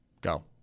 Go